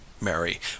mary